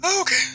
Okay